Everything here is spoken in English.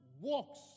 walks